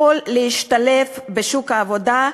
הוא יכול להשתלב בשוק העבודה,